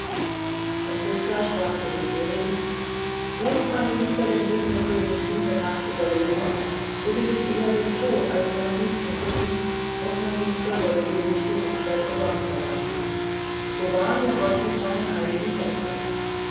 franziska sprach zu dem ihrigen läßt mein liebster den winterkönig diese nacht überleben will ich eher den tod als meinen liebsten küssen und mein liebster soll ewig die hochzeit umsonst erwarten so wahr mir gott mit seinen heiligen helfe